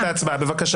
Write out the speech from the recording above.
נפל.